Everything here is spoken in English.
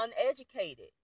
uneducated